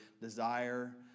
desire